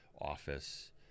office